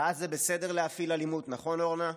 ואז זה בסדר להפעיל אלימות, נכון, אורנה?